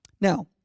Now